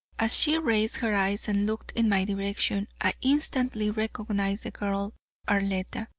as she raised her eyes and looked in my direction, i instantly recognized the girl arletta,